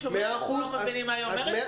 שאומרים לנו ולא מבינים מה היא אומרת.